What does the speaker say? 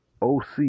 OC